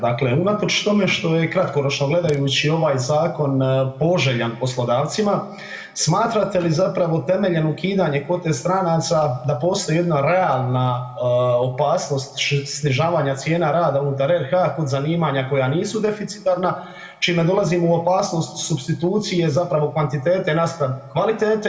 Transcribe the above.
Dakle, unatoč tome što je kratkoročno gledajući ovaj zakon poželjan poslodavcima, smatrate li zapravo temeljem ukidanja kvote stranaca da postoji jedna realna opasnost snižavanja cijena rada unutar RH kod zanimanja koja nisu deficitarna, čime dolazimo u opasnost supstitucije zapravo kvantitete naspram kvalitete?